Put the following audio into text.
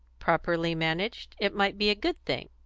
properly managed, it might be a good thing.